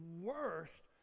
worst